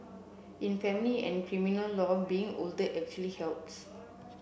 in family and criminal law being older actually helps